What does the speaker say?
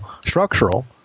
structural